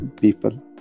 people